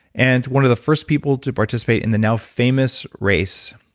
and one of the first people to participate in the now-famous race,